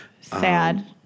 Sad